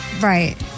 Right